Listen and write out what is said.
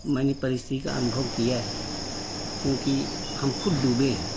मैंने पारिस्थिति का अनुभव किया है क्योंकि हम खुद डूबे हैं